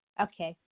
Okay